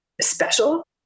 special